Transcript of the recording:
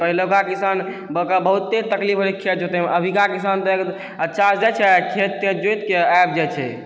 पहिलुका किसानके बहुते तकलीफ होइ खेत जोतैमे अभिका किसान तऽ अच्छा से जाइ छै खेत तेत जोइतके आइब जाइ छै